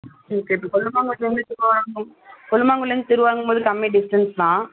ம் சரி கொல்லுமாங்குடியிலிருந்து திருவாரூர் கொல்லுமாங்குடியிலிருந்து திருவாரூருங்கும் போது கம்மி டிஸ்டன்ஸ் தான்